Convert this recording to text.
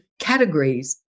categories